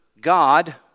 God